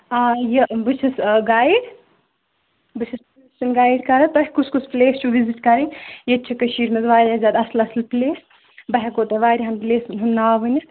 آ یہِ بہٕ چھس گایڈ بہٕ چھس ٹیوٗرِسٹن گایڈ کرَان تۄہہِ کُس کُس پلیس چھُ وِزِٹ کَرٕنۍ ییٚتہِ چھِ کٔشیٖرمنٛزواریاہ زیادٕ اصٕل اصٕل پلیس بہٕ ہیٚکہو تۄہہ واریاہن پلیسَن ہنٛد ناو ؤنِتھ